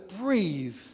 breathe